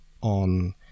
on